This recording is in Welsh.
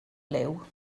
liw